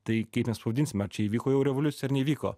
tai kaip mes pavadinsim ar čia įvyko jau revoliucija ar neįvyko